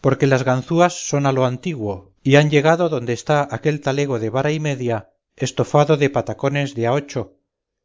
porque las ganzúas son a lo antiguo y han llegado donde está aquel talego de vara y media estofado de patacones de a ocho